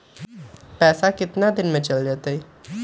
पैसा कितना दिन में चल जतई?